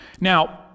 Now